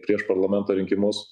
prieš parlamento rinkimus